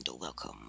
Welcome